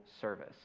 service